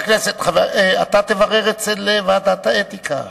אתה תברר אצל ועדת האתיקה.